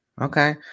Okay